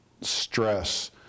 stress